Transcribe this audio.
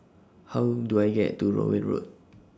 How Do I get to Rowell Road